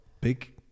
big